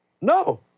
No